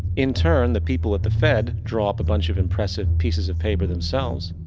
in turn the people of the fed drop a bunch of impressive pieces of papers themselves.